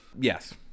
Yes